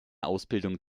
ausbildung